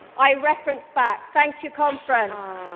i reference back. thank you, conference.